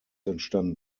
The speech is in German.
entstanden